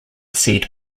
seat